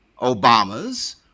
Obamas